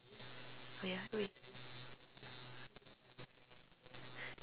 yeah wait